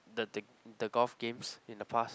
the the the golf games in the past